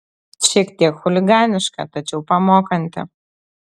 šiek tiek chuliganiška tačiau pamokanti